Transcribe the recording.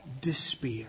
despair